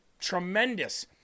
tremendous